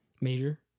Major